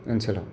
आनसोलाव